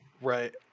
Right